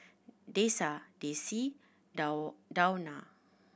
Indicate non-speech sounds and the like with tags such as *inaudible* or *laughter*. Dessa Desi *unintelligible* Dawna